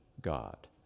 god